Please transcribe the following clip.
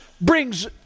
brings